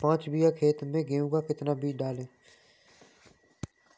पाँच बीघा खेत में गेहूँ का कितना बीज डालें?